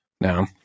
No